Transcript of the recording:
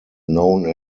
known